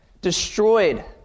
Destroyed